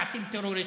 מעשים טרוריסטיים,